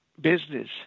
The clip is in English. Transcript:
business